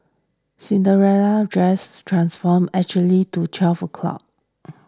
Cinderella's dress transform exactly to twelve o' clock